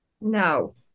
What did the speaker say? no